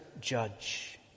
judge